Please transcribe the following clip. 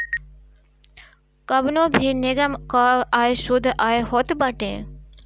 कवनो भी निगम कअ आय शुद्ध आय होत बाटे